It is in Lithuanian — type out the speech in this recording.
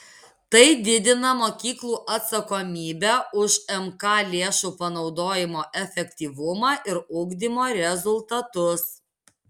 tai didina mokyklų atsakomybę už mk lėšų panaudojimo efektyvumą ir ugdymo rezultatus